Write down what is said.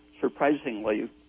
surprisingly